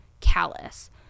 callous